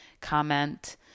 comment